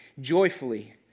Joyfully